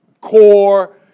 core